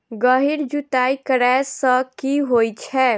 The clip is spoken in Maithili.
गहिर जुताई करैय सँ की होइ छै?